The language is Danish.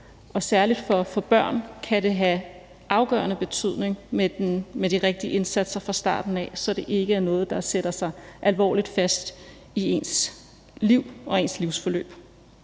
og særlig for børn kan det have afgørende betydning med de rigtige indsatser fra starten, så det ikke er noget, der sætter sig alvorligt fast i ens liv og ens livsforløb.